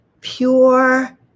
pure